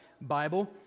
Bible